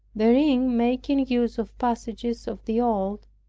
therein making use of passages of the old,